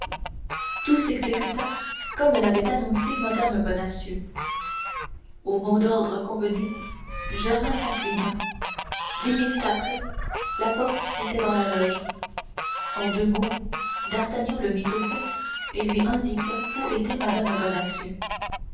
tout s'exécuta comme l'avait annoncé mme bonacieux au mot d'ordre convenu germain s'inclina dix minutes après la porte était dans la loge en deux mots d'artagnan le mit au fait et lui indiqua où était mme